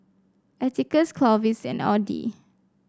Atticus Clovis and Audy